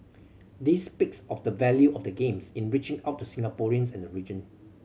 this speaks of the value of the Games in reaching out to Singaporeans and the region